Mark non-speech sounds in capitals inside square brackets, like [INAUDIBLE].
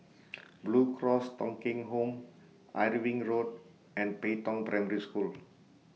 [NOISE] Blue Cross Thong Kheng Home Irving Road and Pei Tong Primary School